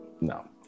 no